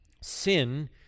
Sin